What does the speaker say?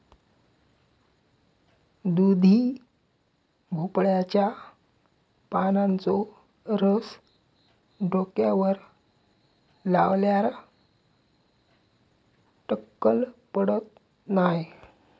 दुधी भोपळ्याच्या पानांचो रस डोक्यावर लावल्यार टक्कल पडत नाय